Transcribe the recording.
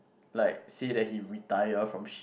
like say that he retire from sh~